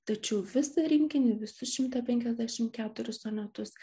tačiau visą rinkinį visus šimtą penkiasdešimt keturis sonetus